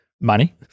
money